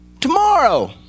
tomorrow